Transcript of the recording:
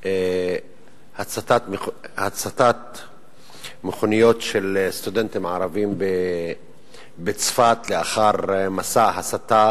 הצתת מכוניות של סטודנטים ערבים בצפת לאחר מסע הסתה